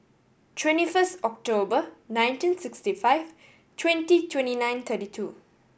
twenty first October nineteen sixty five twenty twenty nine thirty two